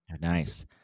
Nice